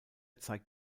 zeigt